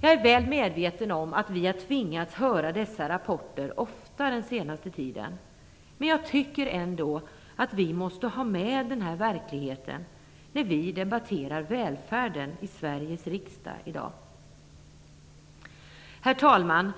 Jag är väl medveten om att vi har tvingats höra dessa rapporter ofta den senaste tiden, men jag tycker ändå att vi måste ha med denna verklighet när vi debatterar välfärden i Herr talman!